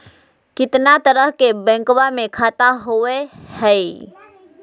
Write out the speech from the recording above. कितना तरह के बैंकवा में खाता होव हई?